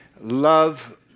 love